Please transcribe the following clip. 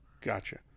Gotcha